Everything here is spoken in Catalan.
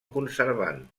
conservant